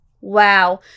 Wow